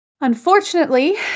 Unfortunately